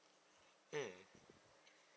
mm